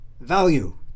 Value